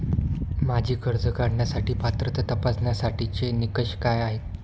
माझी कर्ज काढण्यासाठी पात्रता तपासण्यासाठीचे निकष काय आहेत?